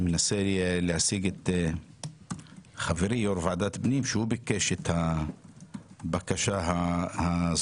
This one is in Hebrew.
אני מנסה להשיג את חברי יו"ר ועדת פנים שביקש את הבקשה המוצדקת